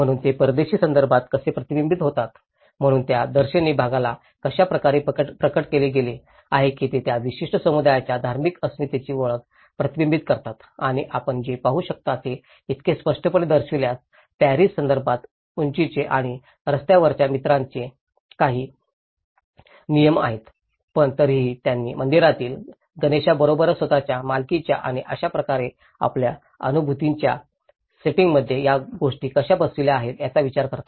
परंतु ते परदेशी संदर्भात कसे प्रतिबिंबित होतात म्हणून त्या दर्शनी भागाला अशा प्रकारे प्रकट केले गेले आहे की ते त्या विशिष्ट समुदायाच्या धार्मिक अस्मितेची ओळख प्रतिबिंबित करतात आणि आपण जे पाहू शकता ते इतके स्पष्टपणे दर्शविल्यास पॅरिस संदर्भात उंचीचे आणि रस्त्यावरच्या मित्रांचे काही नियम आहेत पण तरीही त्यांनी मंदिरातील गणेशाबरोबरच स्वतःच्या मालकीच्या आणि अशाच प्रकारे आपल्या अनुभूतींच्या सेटिंगमध्ये या गोष्टी कशा बसवल्या आहेत याचा विचार करता